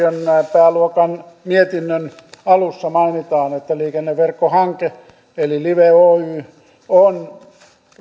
pääluokan mietinnön alussa mainitaan että liikenneverkkohanke eli live oy on